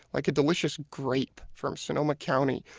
like a delicious grape from sonoma county,